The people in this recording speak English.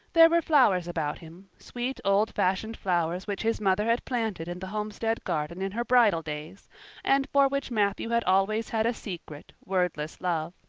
there were flowers about him sweet old-fashioned flowers which his mother had planted in the homestead garden in her bridal days and for which matthew had always had a secret, wordless love.